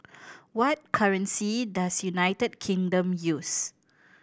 what currency does United Kingdom use